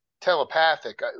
telepathic